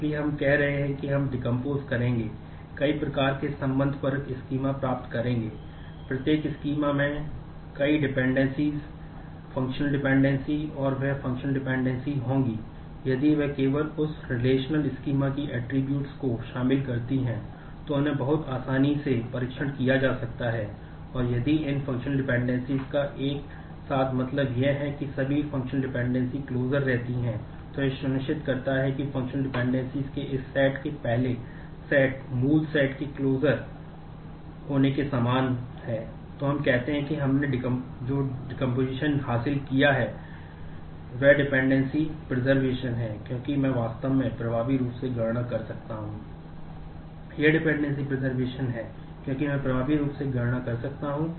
इसलिए हम कह रहे हैं कि हम डिकम्पोज है क्योंकि मैं वास्तव में प्रभावी रूप से गणना कर सकता हूं